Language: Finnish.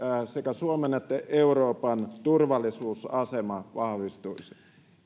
sekä suomen että euroopan turvallisuusasema vahvistuisi